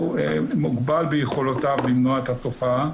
הוא מוגבל ביכולותיו למנוע את התופעה.